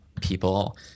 people